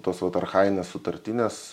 tos vat archajinės sutartinės